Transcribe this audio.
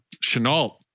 Chenault